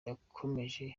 yakomeje